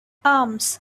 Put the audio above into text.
arms